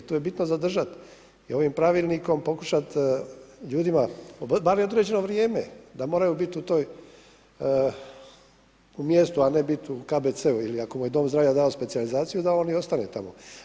Tu je bitno zadržati i ovim pravilnikom pokušati ljudima bar određeno vrijeme da moraju biti u tom mjestu, a ne biti u KBC-u ili ako mu je dom zdravlja dao specijalizaciju da on i ostane tamo.